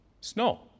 snow